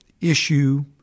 issue